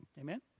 Amen